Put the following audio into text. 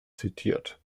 zitiert